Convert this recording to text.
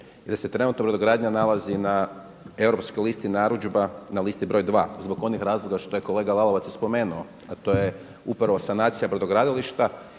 i da se trenutno brodogradnja nalazi na europskoj listi narudžba na listi broj dva zbog onih razloga što je kolega Lalovac i spomenuo, a to je upravo sanacija brodogradilišta